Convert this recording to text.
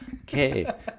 Okay